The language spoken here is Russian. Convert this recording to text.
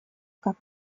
как